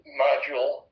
module